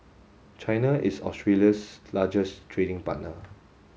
China is Australia's largest trading partner